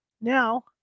Now